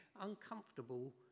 uncomfortable